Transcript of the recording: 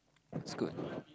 it's good